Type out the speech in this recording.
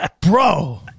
bro